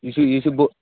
یہِ چھُ یہِ چھُ بو